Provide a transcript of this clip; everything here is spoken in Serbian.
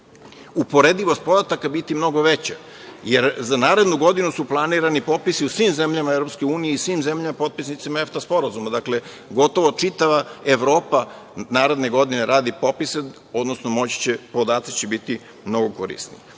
uporedivost podataka biti mnogo veća, jer za narednu godinu su planirani popisi u svim zemljama EU i svim zemljama potpisnicama EFTA sporazuma, gotovo čitava Evropa naredne godine radi popise, odnosno podaci će biti mnogo korisniji. Ovo